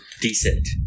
decent